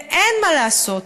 ואין מה לעשות,